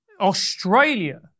australia